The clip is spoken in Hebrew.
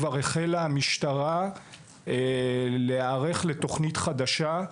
כבר החלה המשטרה להיערך לתוכנית חדשה,